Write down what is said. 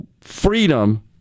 freedom